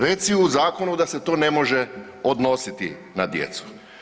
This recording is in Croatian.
Reci u zakonu da se to ne može odnositi na djecu.